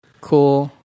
Cool